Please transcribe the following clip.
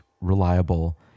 reliable